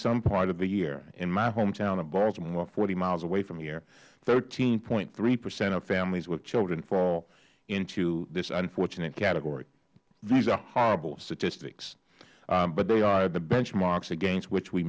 some part of the year in my hometown of baltimore forty miles from here thirteen point three percent of families with children fall into this unfortunate category these are horrible statistics but they are the benchmarks against which we